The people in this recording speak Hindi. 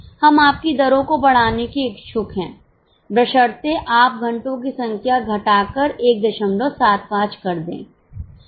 हम आपकी दरों को बढ़ाने के इच्छुक हैं बशर्ते आप घंटों की संख्या घटाकर 175 कर दें